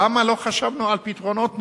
למה לא חשבנו על פתרונות נורמליים?